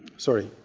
sorry.